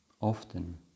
often